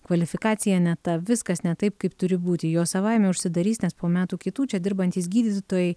kvalifikacija ne ta viskas ne taip kaip turi būti jos savaime užsidarys nes po metų kitų čia dirbantys gydytojai